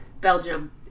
Belgium